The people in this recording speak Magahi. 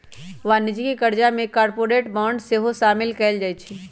वाणिज्यिक करजा में कॉरपोरेट बॉन्ड सेहो सामिल कएल जाइ छइ